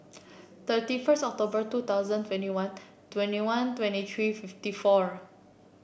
thirty first October two thousand twenty one twenty one twenty three fifty four